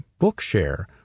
Bookshare